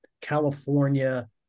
California